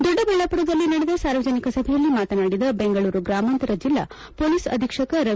ದೊಡ್ಡಬಳ್ಳಾಪುರದಲ್ಲಿ ನಡೆದ ಸಾರ್ವಜನಿಕ ಸಭೆಯಲ್ಲಿ ಮಾತನಾಡಿದ ಬೆಂಗಳೂರು ಗ್ರಾಮಾಂತರ ಬೆಲ್ಲಾ ಪೊಲೀಸ್ ಅಧೀಕ್ಷಕ ರವಿ